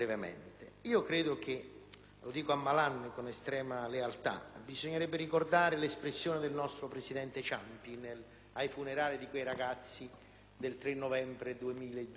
senatore Malan con estrema lealtà - bisognerebbe ricordare l'espressione del presidente Ciampi ai funerali di quei ragazzi, il 3 novembre 2002, quando disse